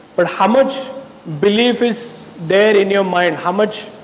but how much belief is there in your mind? how much